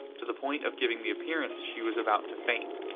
to the point of giving the appearance she was about to faint.